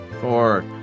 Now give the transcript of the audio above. Four